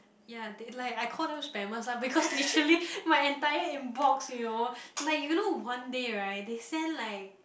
ya they like I call them spammers lah because literally my entire inbox you know like you know one day right they sent like